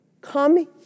come